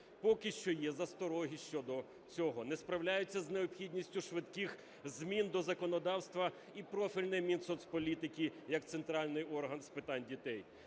Поки що є застороги щодо цього. Не справляються з необхідністю швидких змін до законодавства і профільне Мінсоцполітики як центральний орган з питань дітей.